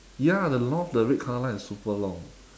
ya the loft the red colour line is super long